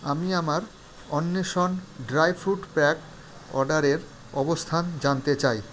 আমি আমার অন্বেষণ ড্রাই ফ্রুট প্যাক অর্ডারের অবস্থান জানতে চাই